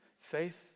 faith